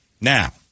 Now